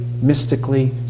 mystically